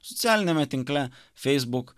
socialiniame tinkle facebook